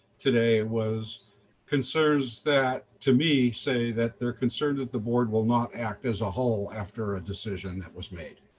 today was concerns that to me say that they're concerned that the board will not act as a whole after a decision that was made.